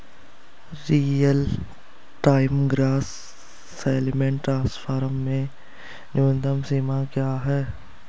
Real time gross settlement transfer में न्यूनतम सीमा क्या है?